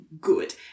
good